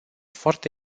foarte